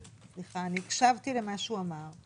הקשבתי למה שהוא אמר.